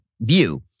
view